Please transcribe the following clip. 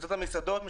קבוצת המסעדות,